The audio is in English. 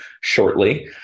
shortly